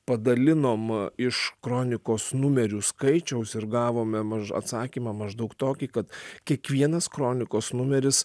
padalinom iš kronikos numerių skaičiaus ir gavome atsakymą maždaug tokį kad kiekvienas kronikos numeris